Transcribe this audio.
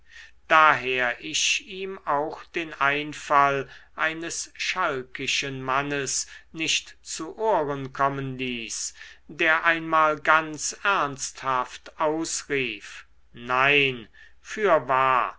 daher ich ihm auch den einfall eines schalkischen mannes nicht zu ohren kommen ließ der einmal ganz ernsthaft ausrief nein fürwahr